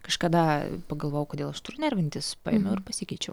kažkada pagalvojau kodėl aš turiu nervintis paėmiau ir pasikeičiau